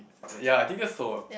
ya I think that's so